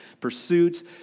pursuits